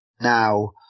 now